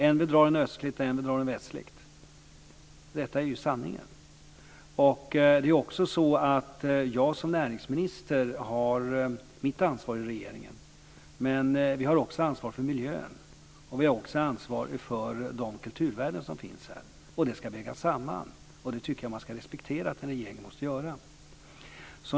En vill dra den östligt och en vill dra den västligt. Detta är ju sanningen. Jag har som näringsminister mitt ansvar i regeringen, men vi har också ansvar för miljön och vi har också ansvar för de kulturvärden som finns här. Det ska vägas samman. Det tycker jag att man ska respektera att en regering måste göra.